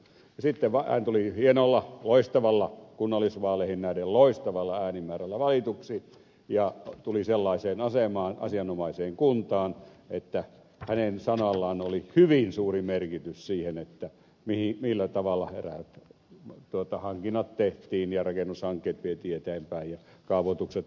sitten hän tuli hienolla loistavalla kunnallisvaaleihin nähden loistavalla äänimäärällä valituksi ja tuli sellaiseen asemaan asianomaiseen kuntaan että hänen sanallaan oli hyvin suuri merkitys siihen millä tavalla eräät hankinnat tehtiin ja rakennushankkeet vietiin eteenpäin ja kaavoitukset hoidettiin jnp